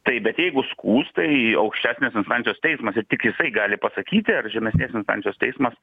taip bet jeigu skųs tai aukštesnės instancijos teismas ir tik jisai gali pasakyti ar žemesnės instancijos teismas